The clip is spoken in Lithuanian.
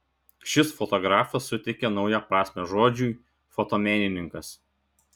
šis fotografas suteikė naują prasmę žodžiui fotomenininkas